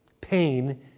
Pain